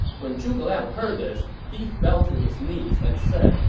when zhuge liang heard this, he fell to his knees and said,